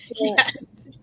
Yes